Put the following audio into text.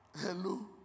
Hello